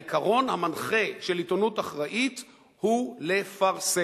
העיקרון המנחה של עיתונות אחראית הוא לפרסם.